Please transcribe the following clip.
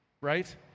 right